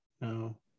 no